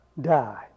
Die